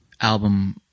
album